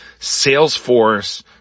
Salesforce